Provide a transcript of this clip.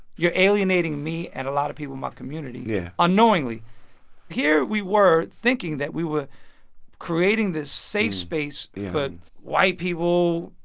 you're alienating me and a lot of people in my community yeah unknowingly here we were thinking that we were creating this safe space for white people,